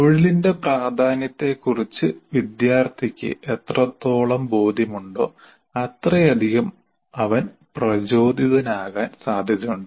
തൊഴിലിന്റെ പ്രാധാന്യത്തെക്കുറിച്ച് വിദ്യാർത്ഥിക്ക് എത്രത്തോളം ബോധ്യമുണ്ടോ അത്രയധികം അവൻ പ്രചോദിതനാകാൻ സാധ്യതയുണ്ട്